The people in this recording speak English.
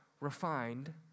refined